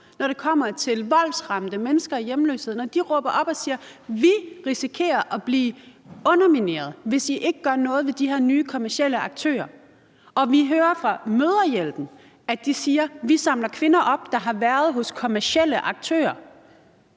når det kommer til voldsramte mennesker og hjemløse. Når de råber op og siger, at de risikerer at blive undermineret, hvis vi ikke gør noget ved de her nye kommercielle aktører, og når vi hører fra Mødrehjælpen, at de siger, at de samler kvinder op, der har været hos kommercielle aktører,